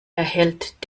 erhellt